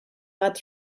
bat